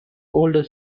older